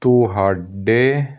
ਤੁਹਾਡੇ